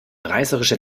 reißerischer